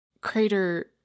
Crater